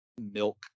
milk